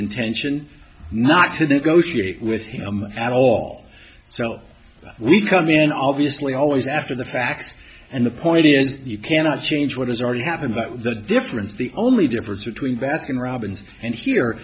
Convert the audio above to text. intention not to negotiate with him at all so we come in obviously always after the facts and the point is you cannot change what has already happened but the difference the only difference between baskin robbins and here